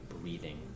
breathing